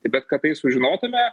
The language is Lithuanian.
bet kad tai sužinotume